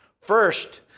First